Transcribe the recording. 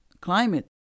climate